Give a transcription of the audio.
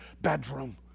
bedroom